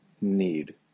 need